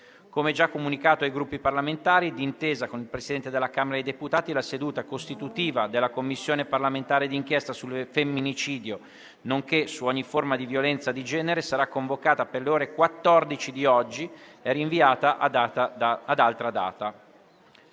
Come già comunicato ai Gruppi parlamentari, d'intesa con il Presidente della Camera dei deputati, la seduta costitutiva della Commissione parlamentare d'inchiesta sul femminicidio nonché su ogni forma di violenza di genere, convocata per le ore 14 di oggi, è rinviata ad altra data.